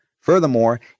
Furthermore